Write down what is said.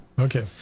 Okay